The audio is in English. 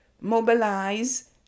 mobilize